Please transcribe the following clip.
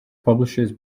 publishes